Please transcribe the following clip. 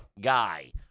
guy